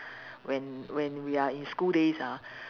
when when we are in school days ah